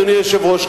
אדוני היושב-ראש,